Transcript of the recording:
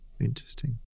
interesting